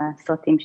מהסרטים שלנו.